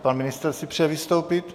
Pan ministr si přeje vystoupit.